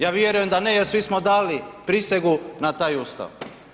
Ja vjerujem da ne jer svi smo dali prisegu na taj Ustav.